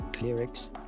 lyrics